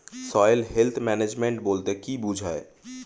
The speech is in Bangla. সয়েল হেলথ ম্যানেজমেন্ট বলতে কি বুঝায়?